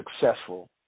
successful